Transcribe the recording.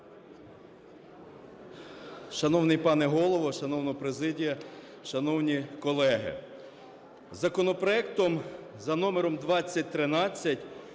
Шановний пане Голово, шановна президіє, шановні колеги, законопроектом за номером 2013